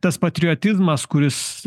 tas patriotizmas kuris